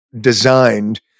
designed